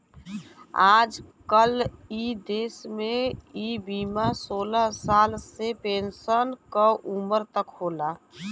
आजकल इ देस में इ बीमा सोलह साल से पेन्सन क उमर तक होला